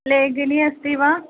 लेखनी अस्ति वा